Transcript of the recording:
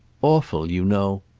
awful, you know'?